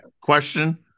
question